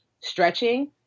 stretching